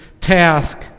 task